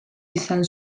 izan